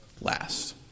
last